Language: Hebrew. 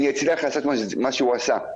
אני אצליח במה שהוא עשה.